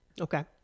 Okay